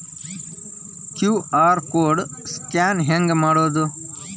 QR code scan ಹೆಂಗ್ ಮಾಡೋದು?